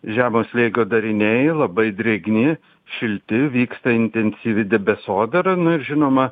žemo slėgio dariniai labai drėgni šilti vyksta intensyvi debesodera na ir žinoma